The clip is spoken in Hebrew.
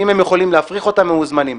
אם הם יכולים להפריך אותן, הם מוזמנים.